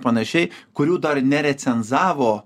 panašiai kurių dar nerecenzavo